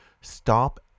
Stop